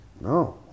No